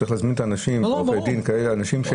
צריך להזמין אנשים משני הצדדים של המטבע.